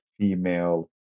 female